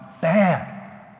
Bad